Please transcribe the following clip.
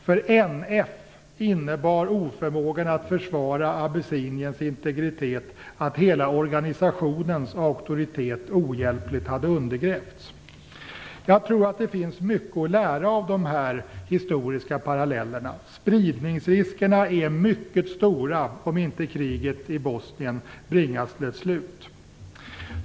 För NF innebar oförmågan att försvara Abessiniens integritet att hela organisationens auktoritet ohjälpligt hade undergrävts. Jag tror att det finns mycket att lära av dessa historiska paralleller. Spridningsriskerna är mycket stora om inte kriget i Bosnien bringas till ett slut.